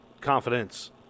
confidence